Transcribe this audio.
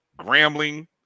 Grambling